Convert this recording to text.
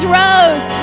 rose